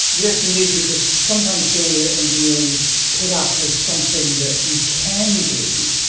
yes indeed, because sometimes geo-engineering is put up as something that you can do,